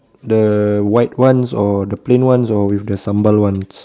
the white ones or the plain ones or with the sambal ones